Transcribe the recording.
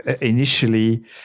initially